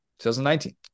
2019